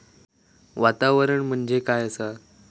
वातावरण म्हणजे काय असा?